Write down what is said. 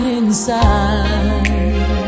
inside